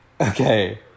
Okay